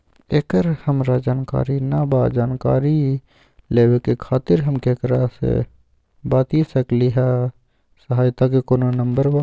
एकर हमरा जानकारी न बा जानकारी लेवे के खातिर हम केकरा से बातिया सकली ह सहायता के कोनो नंबर बा?